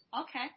Okay